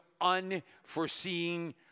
unforeseen